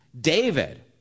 david